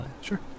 Sure